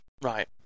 Right